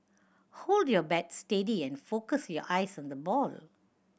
hold your bat steady and focus your eyes on the ball